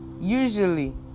usually